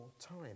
time